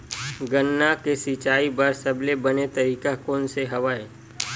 गन्ना के सिंचाई बर सबले बने तरीका कोन से हवय?